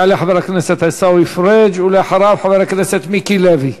יעלה עיסאווי פריג', ואחריו, חבר הכנסת מיקי לוי.